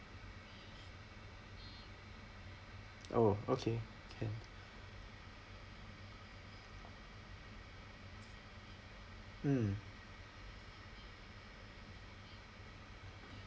oh okay can mm